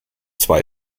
zwei